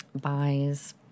buys